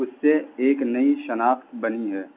اس سے ایک نئی شناخت بنی ہے